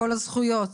לקול הזכויות.